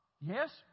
yes